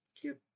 cute